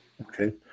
Okay